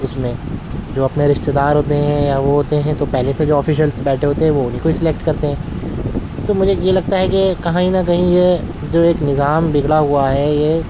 اس میں جو اپنے رشتے دار ہوتے ہیں یا وہ ہوتے ہیں تو پہلے سے جو آفیشیلس بیٹھے ہوتے ہیں وہ انہیں کوہی سلیکٹ کرتے ہیں تو مجھے یہ لگتا ہے کہ کہیں نہ کہیں یہ جو ایک نظام بگڑا ہوا ہے یہ